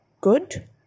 good